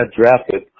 drafted